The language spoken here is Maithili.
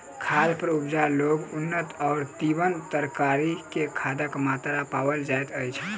खाद पर उपजाओल अन्न वा तीमन तरकारी मे खादक मात्रा पाओल जाइत अछि